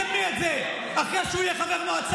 אז מתי תקדמי את זה, אחרי שהוא יהיה חבר מועצה?